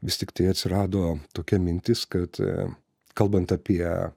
vis tiktai atsirado tokia mintis kad kalbant apie